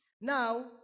Now